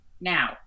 now